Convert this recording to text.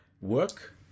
Work